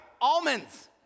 almonds